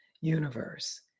universe